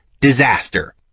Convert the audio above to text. disaster